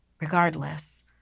Regardless